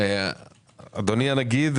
אדוני הנגיד,